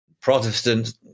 Protestant